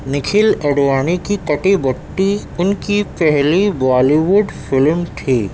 نکھل اڈوانی کی کٹی بٹّی ان کی پہلی بالی ووڈ فلم تھی